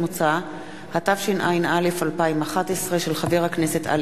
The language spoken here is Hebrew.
דברים גם בנושאים המדיניים ולהודיע על כך לחברי הכנסת.